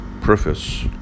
Preface